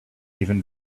even